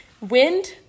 wind